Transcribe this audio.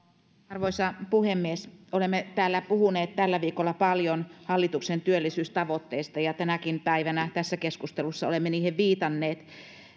arvoisa puhemies olemme täällä puhuneet tällä viikolla paljon hallituksen työllisyystavoitteista ja tänäkin päivänä tässä keskustelussa olemme niihin viitanneet